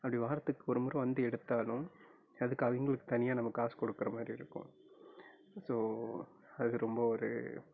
அப்படி வாரத்துக்கு ஒரு முறை வந்து எடுத்தாலும் அதுக்கு அவங்களுக்கு தனியாக நம்ம காசு கொடுக்கற மாதிரி இருக்கும் ஸோ அது ரொம்ப ஒரு